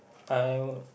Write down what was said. I'll